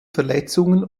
verletzungen